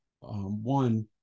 One